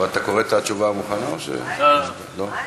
אבל אתה קורא את התשובה המוכנה, או, לא, לא.